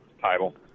title